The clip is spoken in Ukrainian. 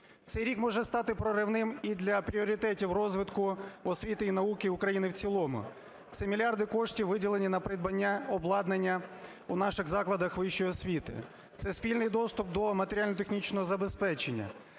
Цей рік може стати проривним і для пріоритетів розвитку освіти і науки України в цілому. Це мільярди коштів, виділені на придбання обладнання в наших закладах вищої освіти. Це спільний доступ до матеріально-технічного забезпечення.